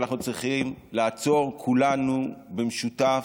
אנחנו צריכים לעצור כולנו במשותף,